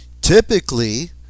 Typically